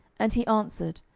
and he answered,